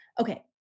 Okay